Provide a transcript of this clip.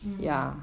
mm